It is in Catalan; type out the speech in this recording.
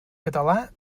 català